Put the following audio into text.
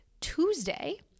Tuesday